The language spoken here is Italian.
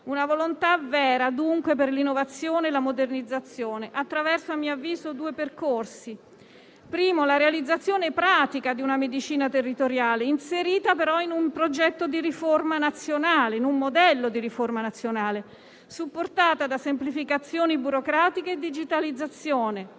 una volontà vera, dunque, per l'innovazione e la modernizzazione attraverso due percorsi, a mio avviso. Innanzitutto, la realizzazione pratica di una medicina territoriale, inserita però in un progetto e in un modello di riforma nazionale, supportata da semplificazioni burocratiche e digitalizzazione,